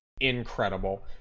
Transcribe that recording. incredible